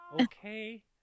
okay